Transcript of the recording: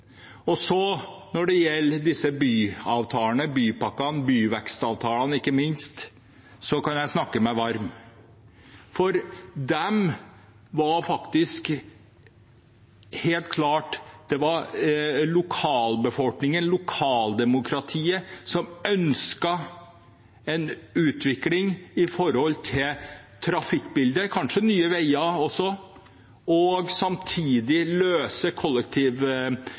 Når det gjelder disse byavtalene, bypakkene, byvekstavtalene ikke minst, så kan jeg snakke meg varm. Det var helt klart lokalbefolkningen, lokaldemokratiet som ønsket en utvikling i trafikkbildet, kanskje Nye Veier også, og samtidig løse